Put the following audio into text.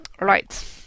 right